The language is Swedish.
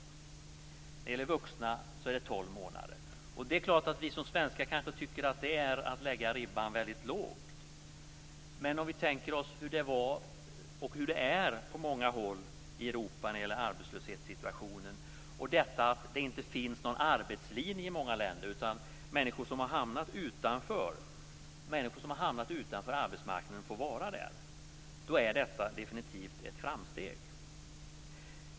När det gäller vuxna är det tolv månader. Det är klart att vi som svenskar kanske tycker att det är att lägga ribban väldigt lågt. Men om vi tänker oss hur arbetslöshetssituationen är på många håll i Europa och att det inte finns någon arbetslinje i många länder, utan människor som har hamnat utanför arbetsmarknaden får vara där, då är detta definitivt ett framsteg.